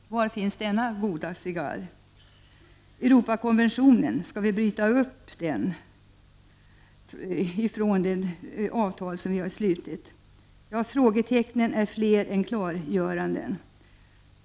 Ja, var finns denna goda cigarr? Och Europakonventionen — skall vi bryta ut den från det avtal som vi har slutit? Frågetecknen är alltså fler än klargörandena.